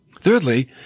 Thirdly